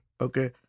okay